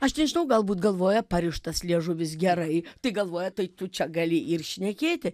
aš nežinau galbūt galvoja parištas liežuvis gerai tai galvoja tai tu čia gali ir šnekėti